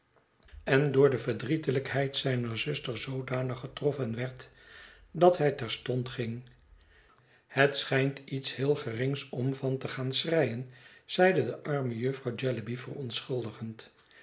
en door de verdrietelijkheid zijner zuster zoodanig getroffen werd dat hij terstond ging het schijnt iets heel gerings om van te gaan schreien zeide de arme jufvrouw jellyby verontschuldigend